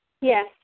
Yes